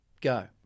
Go